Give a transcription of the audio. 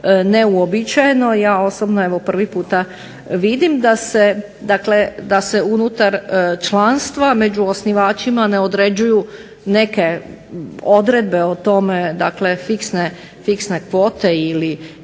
neuobičajeno. Ja osobno evo prvi puta vidim da se unutar članstva među osnivačima ne određuju neke odredbe o tome, dakle fiksne kvote ili